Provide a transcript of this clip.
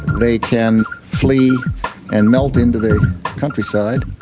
they can flee and melt into the countryside,